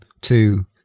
two